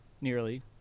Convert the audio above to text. nearly